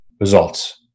Results